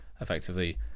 effectively